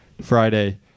friday